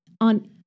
on